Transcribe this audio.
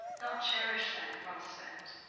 not cherish that prospect.